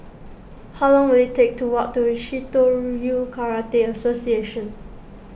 how long will it take to walk to Shitoryu Karate Association